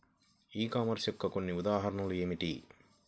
E commerce యొక్క కొన్ని ఉదాహరణలు ఏమిటి?